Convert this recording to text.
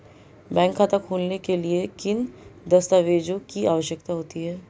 Bank खाता खोलने के लिए किन दस्तावेज़ों की आवश्यकता होती है?